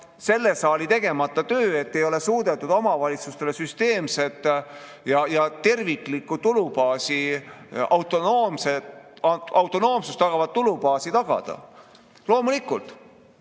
selle saali tegemata töö, et ei ole suudetud omavalitsustele süsteemset ja terviklikku tulubaasi, autonoomsust tagavat tulubaasi tagada. Loomulikult!